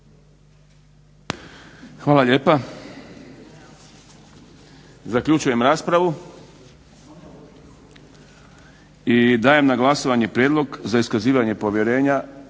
Hvala lijepa. Zaključujem raspravu. I dajem na glasovanje Prijedlog za iskazivanje povjerenja